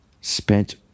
Spent